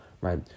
right